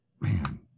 man